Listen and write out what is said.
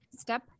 Step